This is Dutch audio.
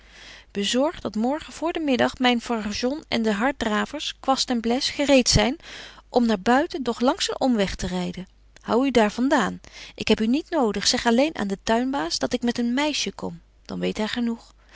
bezorg dat morgen voor den middag myn fargon en de harddravers kwast en bles gereet zyn om naar buiten doch langs een omweg te ryden hou u daar van daan ik heb u niet nodig zeg alleen aan den tuinbaas dat ik met een meisje kom dan weet hy genoeg